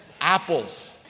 Apples